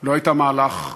לא הייתה מהלך אחד,